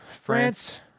France